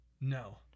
No